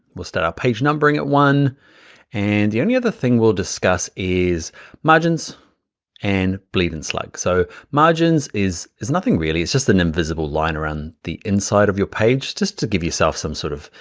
we'll start our page numbering at one and the only other thing we'll discuss is margins and bleed and slide. so margins is is nothing really, it's just an invisible line around the inside of your page, just to give yourself some sort of,